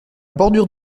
bordure